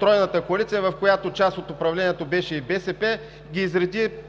Тройната коалиция, в която част от управлението беше и БСП, и изреди